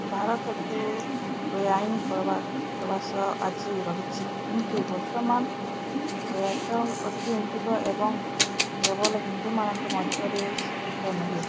ଭାରତକୁ ବେଆଇନ୍ ପ୍ରବାସ ଆଜି ରହିଛି କିନ୍ତୁ ବର୍ତ୍ତମାନ ପ୍ରାୟତଃ ଅର୍ଥନୈତିକ ଏବଂ କେବଳ ହିନ୍ଦୁମାନଙ୍କ ମଧ୍ୟରେ ସୀମିତ ନୁହେଁ